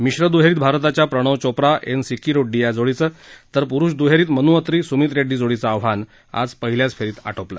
मिश्र दुहेरीत भारताच्या प्रणव चोप्रा एन सिक्की रेड्डी या जोडीचं तर पुरुष दुहेरीत मनु अत्री सुमित रेड्डी जोडीचं आव्हान आज पहिल्याच फेरीत आटोपलं